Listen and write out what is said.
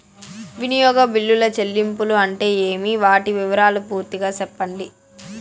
వినియోగ బిల్లుల చెల్లింపులు అంటే ఏమి? వాటి వివరాలు పూర్తిగా సెప్పండి?